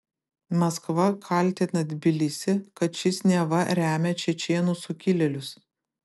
maskva kaltina tbilisį kad šis neva remia čečėnų sukilėlius